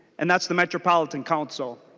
and that's the metropolitan council.